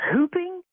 Hooping